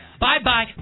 Bye-bye